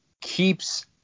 keeps